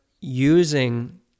using